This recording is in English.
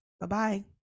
bye-bye